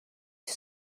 you